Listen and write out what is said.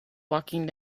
walking